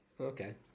Okay